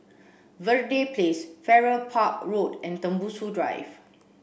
Verde Place Farrer Park Road and Tembusu Drive